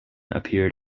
appeared